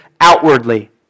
outwardly